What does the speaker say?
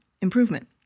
improvement